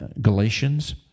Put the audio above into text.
Galatians